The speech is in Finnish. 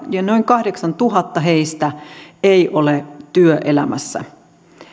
ja noin kahdeksantuhatta heistä ei ole työelämässä